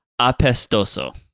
Apestoso